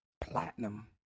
platinum